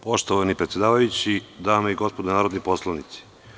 Poštovani predsedavajući, dame i gospodo narodni poslanici.